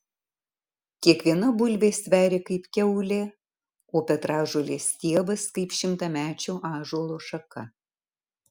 kiekviena bulvė sveria kaip kiaulė o petražolės stiebas kaip šimtamečio ąžuolo šaka